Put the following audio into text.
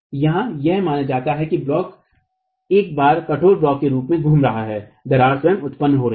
यहाँ यह माना जाता है कि ब्लॉक एक बार कठोर ब्लॉक के रूप में घूम रहा है दरार स्वयं उत्पन्न हो रही है